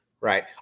Right